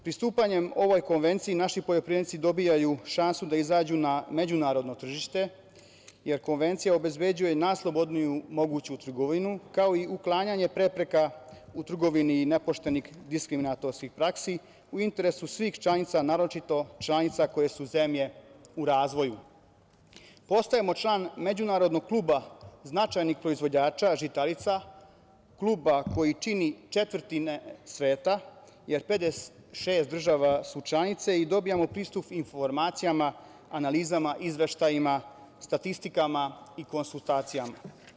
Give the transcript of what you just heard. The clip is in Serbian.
Pristupanjem ovoj Konvenciji, naši poljoprivrednici dobijaju šansu da izađu na međunarodno tržište, jer Konvencija obezbeđuje najslobodniju moguću trgovinu, kao i uklanjanje prepreka u trgovini i nepoštenih diskriminatorskih praksi, u interesu svih članica a naročito članica koje su zemlje u razvoju, postajemo član međunarodnog kluba značajnih proizvođača žitarica, kluba koji čini četvrtina sveta, jer 56 država su članice i dobijamo pristup informacijama, analizama, izveštajima, statistikama i konsultacijama.